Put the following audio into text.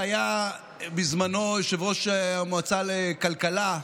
שהיה בזמנו יושב-ראש המועצה לכלכלה,